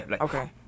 Okay